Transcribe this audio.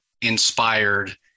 inspired